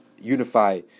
unify